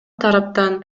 тараптан